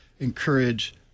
encourage